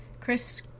Chris